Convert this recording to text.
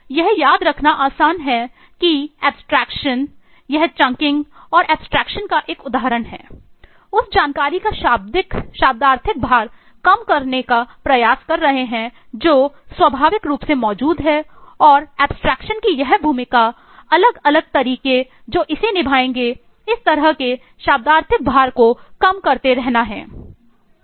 यह याद रखना आसान है कि एब्स्ट्रेक्शन की यह भूमिका अलग अलग तरीके जो इसे निभाएंगे इस तरह के शब्दार्थिक भार को कम करते रहना है